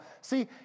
See